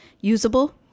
usable